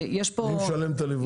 מי משלם את הליווי?